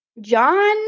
John